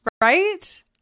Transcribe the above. right